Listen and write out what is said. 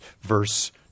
verse